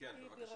טיבי רבינוביץ.